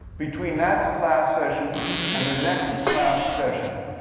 between that class session and the next class session,